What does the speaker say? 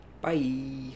bye